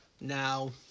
now